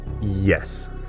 Yes